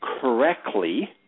correctly –